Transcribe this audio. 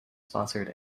sponsored